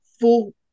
full